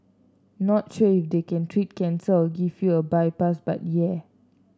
not sure if they can treat cancer or give you a bypass but yeah